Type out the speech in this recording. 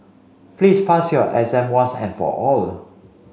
please pass your exam once and for all